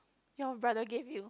your brother give you